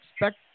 expect